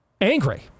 angry